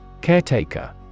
Caretaker